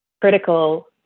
critical